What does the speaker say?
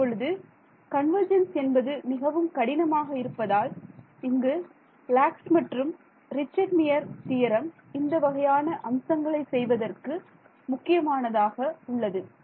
இப்பொழுது கன்வர்ஜென்ஸ் என்பது மிகவும் கடினமாக இருப்பதால் இங்கு லக்ஸ் மற்றும் ரிச்ச்ட்மியர் தியரம் இந்த வகையான அம்சங்களை செய்வதற்கு முக்கியமானதாக உள்ளது